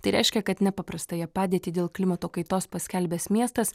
tai reiškia kad nepaprastąją padėtį dėl klimato kaitos paskelbęs miestas